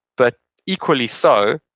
but equally so,